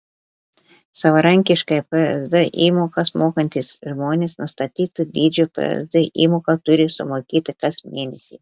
savarankiškai psd įmokas mokantys žmonės nustatyto dydžio psd įmoką turi sumokėti kas mėnesį